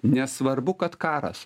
nesvarbu kad karas